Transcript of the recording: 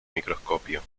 microscopio